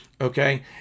Okay